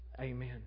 Amen